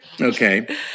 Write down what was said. Okay